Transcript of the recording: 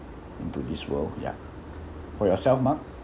into this world ya for yourself mark